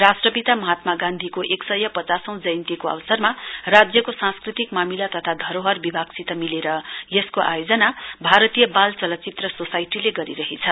राष्ट्रपिता महात्मा गान्धीको एकसय पचासौं जयन्तीको अवसरमा राज्यको सांस्कृतिक मामिला तथा धरोहर विभागसित मिलेर यसको आयोजना भारतीय वाल चलचित्र सोसाइटीले गरिरहेछ